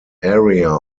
area